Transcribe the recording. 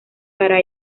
para